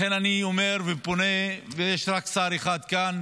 לכן אני אומר ופונה, ויש רק שר אחד כאן,